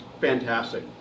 fantastic